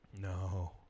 no